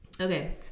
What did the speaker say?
Okay